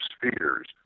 spheres